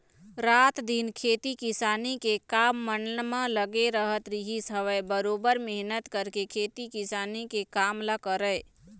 रात दिन खेती किसानी के काम मन म लगे रहत रहिस हवय बरोबर मेहनत करके खेती किसानी के काम ल करय